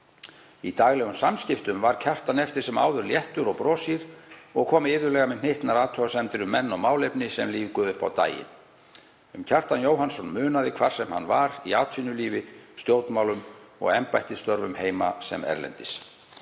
Í daglegum samskiptum var Kjartan eftir sem áður léttur og broshýr og kom iðulega með hnyttnar athugasemdir um menn og málefni sem lífguðu upp á daginn. Um Kjartan Jóhannsson munaði hvar sem hann var, í atvinnulífi, stjórnmálum og embættisstörfum heima sem erlendis.